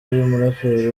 umuraperi